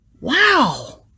Wow